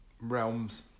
realms